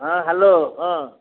ହଁ ହ୍ୟାଲୋ ହଁ